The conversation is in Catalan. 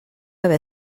haver